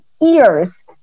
ears